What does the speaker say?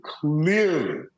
clearly